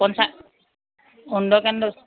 পঞ্চায়ত অৰুণোদয় কেন্দ্ৰত